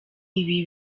ibi